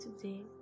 today